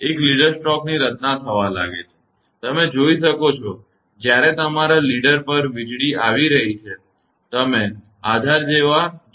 એક લીડર સ્ટ્રોકની રચના થવા લાગે છે તમે જોઈ શકો છો કે જ્યારે તમારા લીડર પર વીજળી આવી રહી છે તમે આધારરુટ જેવા જોયા છે